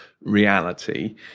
reality